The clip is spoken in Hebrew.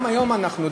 גם היום אנחנו,